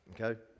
okay